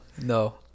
no